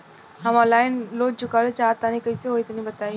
हम online loan चुकावल चाहऽ तनि कइसे होई तनि बताई?